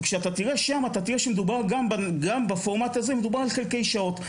אתה תראה שמדובר בפורמט הזה גם על חלקי שעות.